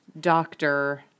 doctor